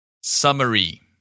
Summary